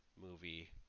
movie